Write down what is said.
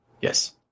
Yes